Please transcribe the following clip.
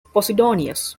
posidonius